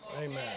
Amen